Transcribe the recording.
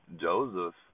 Joseph